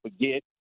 forget